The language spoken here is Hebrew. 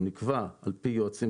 הוא נקבע על פי יועצים,